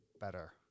better